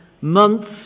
months